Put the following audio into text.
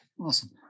awesome